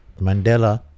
Mandela